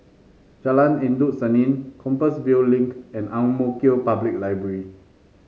Jalan Endut Senin Compassvale Link and Ang Mo Kio Public Library